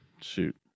Shoot